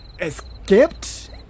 Escaped